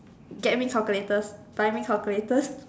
get me calculators buy me calculators